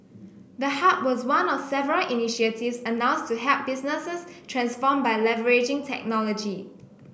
the hub was one of several initiatives announced to help businesses transform by leveraging technology